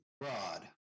broad